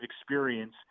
experience